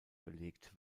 belegt